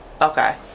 okay